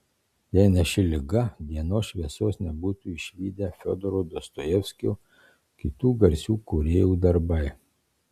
jei ne ši liga dienos šviesos nebūtų išvydę fiodoro dostojevskio kitų garsių kūrėjų darbai